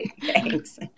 Thanks